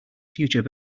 future